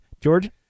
George